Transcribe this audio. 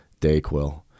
Dayquil